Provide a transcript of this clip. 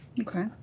Okay